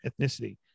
ethnicity